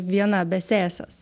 viena be sesės